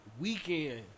weekend